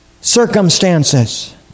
circumstances